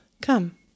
Come